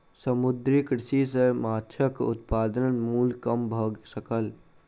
समुद्रीय कृषि सॅ माँछक उत्पादन मूल्य कम भ सकल